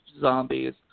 zombies